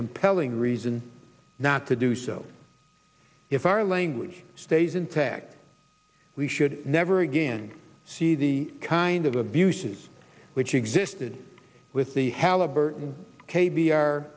compelling reason not to do so if our language stays intact we should never again see the kind of abuses which existed with the halliburton k b r